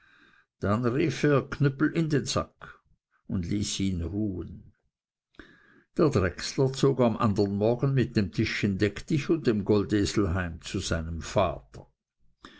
dann rief er knüppel in den sack und ließ ihn ruhen der drechsler zog am andern morgen mit dem tischchen deck dich und dem goldesel heim zu seinem vater